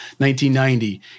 1990